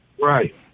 Right